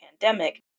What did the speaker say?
pandemic